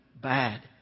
Bad